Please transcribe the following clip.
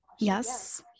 Yes